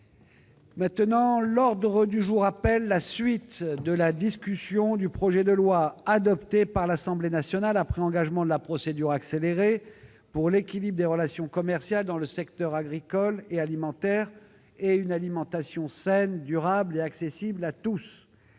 heure. L'ordre du jour appelle la suite de la discussion du projet de loi, adopté par l'Assemblée nationale après engagement de la procédure accélérée, pour l'équilibre des relations commerciales dans le secteur agricole et alimentaire et une alimentation saine, durable et accessible à tous